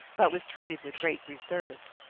but was treated with great reserve.